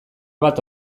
bat